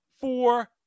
four